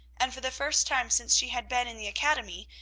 and, for the first time since she had been in the academy,